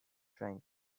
trying